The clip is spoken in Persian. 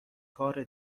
کار